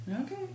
Okay